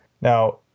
Now